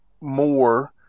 more